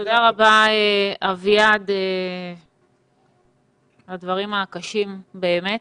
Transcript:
תודה רבה, אביעד, על הדברים הקשים באמת,